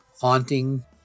Haunting